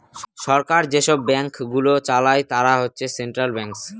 সরকার যেসব ব্যাঙ্কগুলো চালায় তারা হচ্ছে সেন্ট্রাল ব্যাঙ্কস